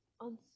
On